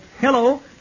hello